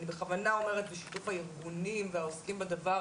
אני בכוונה אומרת בשיתוף הארגונים והעוסקים בדבר,